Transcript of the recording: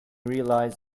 realize